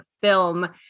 film